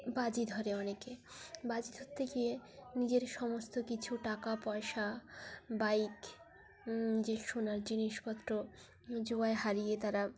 বাজি ধরে অনেকে বাজি ধরতে গিয়ে নিজের সমস্ত কিছু টাকা পয়সা বাইক যে সোনার জিনিসপত্র জুয়ায় হারিয়ে তারা